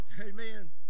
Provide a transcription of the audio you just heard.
Amen